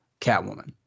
Catwoman